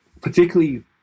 particularly